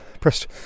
pressed